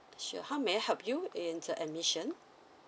sure how may I help you in the admission